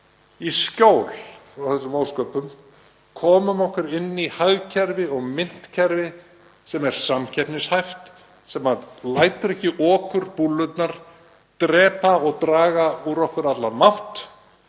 í skjól frá þessum ósköpum, komum okkur inn í hagkerfi og myntkerfi sem er samkeppnishæft, sem lætur ekki okurbúllurnar drepa og draga úr okkur allan mátt.